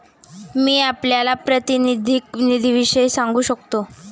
मी आपल्याला प्रातिनिधिक निधीविषयी सांगू शकतो